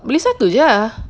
beli satu jer